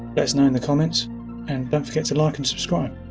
let us know in the comments and don't forget to like and subscribe.